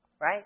right